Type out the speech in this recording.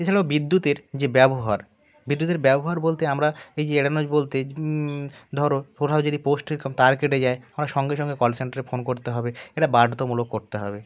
এছাড়াও বিদ্যুতের যে ব্যবহার বিদ্যুতের ব্যবহার বলতে আমরা এই যে বলতে ধর কোথাও যদি পোস্টের তার কেটে যায় হয় সঙ্গে সঙ্গে কল সেন্টারে ফোন করতে হবে এটা বাধ্যতামূলক করতে হবে